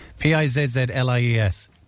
P-I-Z-Z-L-I-E-S